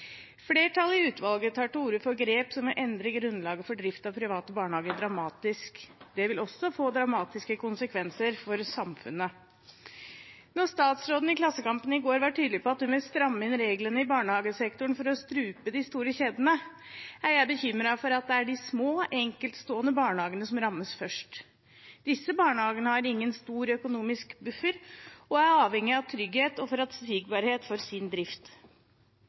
Flertallet i utvalget tar til orde for grep som vil endre grunnlaget for drift av private barnehager dramatisk. Det vil også få dramatiske konsekvenser for samfunnet. Når statsråden i Klassekampen i går var tydelig på at hun vil stramme inn reglene i barnehagesektoren for å strupe de store kjedene, er jeg bekymret for at det er de små, enkeltstående barnehagene som rammes først. Disse barnehagene har ingen stor økonomisk buffer og er avhengige av trygghet og forutsigbarhet for sin drift.